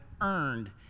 earned